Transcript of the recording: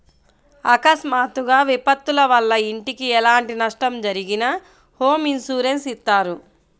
అకస్మాత్తుగా విపత్తుల వల్ల ఇంటికి ఎలాంటి నష్టం జరిగినా హోమ్ ఇన్సూరెన్స్ ఇత్తారు